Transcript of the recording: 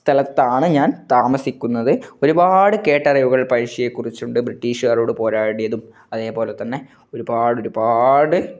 സ്ഥലത്താണ് ഞാൻ താമസിക്കുന്നത് ഒരുപാട് കേട്ടറിവുകൾ പഴശ്ശിയെ കുറിച്ചുണ്ട് ബ്രിട്ടീഷുകാരോട് പോരാടിയതും അതേപോലെ തന്നെ ഒരുപാടൊരുപാട്